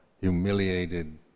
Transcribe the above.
humiliated